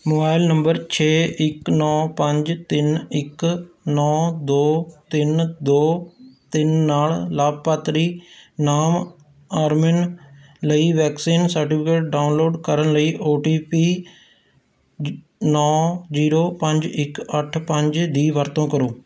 mobile number ਛੇ ਇੱਕ ਨੌ ਪੰਜ ਤਿੰਨ ਇੱਕ ਨੌ ਦੋ ਤਿੰਨ ਦੋ ਤਿੰਨ ਨਾਲ ਲਾਭਪਾਤਰੀ ਨਾਮ ਅਰਮਿਨ ਲਈ ਵੈਕਸੀਨ ਸਰਟੀਫਿਕੇਟ ਡਾਊਨਲੋਡ ਕਰਨ ਲਈ ਓ ਟੀ ਪੀ ਨੌ ਜ਼ੀਰੋ ਪੰਜ ਇੱਕ ਅੱਠ ਪੰਜ ਦੀ ਵਰਤੋਂ ਕਰੋ